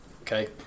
okay